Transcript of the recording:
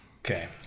Okay